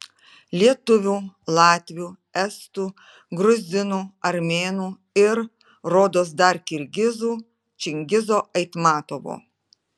lietuvių latvių estų gruzinų armėnų ir rodos dar kirgizų čingizo aitmatovo